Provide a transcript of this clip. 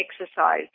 exercise